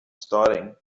starting